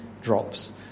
drops